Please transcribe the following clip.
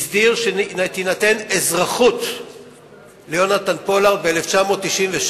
הסדיר שתינתן אזרחות ליהונתן פולארד, ב-1996,